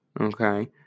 Okay